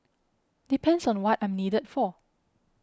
depends on what I'm needed for